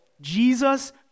Jesus